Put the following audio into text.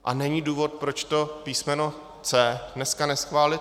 A není důvod, proč to písmeno C dneska neschválit.